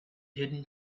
hidden